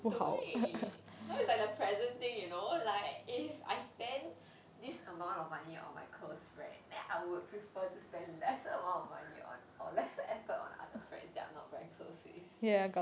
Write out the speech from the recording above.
对 now it's the present thing you know like if I spend this amount of money on my close friend then I would prefer to spend less amount of money on or less effort on other friends that I'm not very close with